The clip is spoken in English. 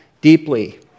deeply